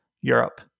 Europe